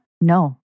No